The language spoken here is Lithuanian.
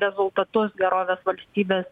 rezultatus gerovės valstybės